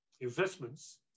investments